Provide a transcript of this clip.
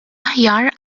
aħjar